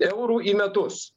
eurų į metus